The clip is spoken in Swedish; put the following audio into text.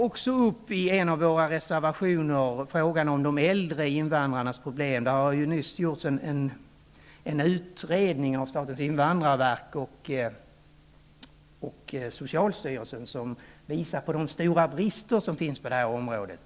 Vi tar i en av våra reservationer upp frågan om de äldre invandrarnas problem. Det har nyss gjorts en utredning av statens invandrarverk och socialstyrelsen som visar på de stora brister som finns på det här området.